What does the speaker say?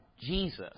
Jesus